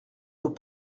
nous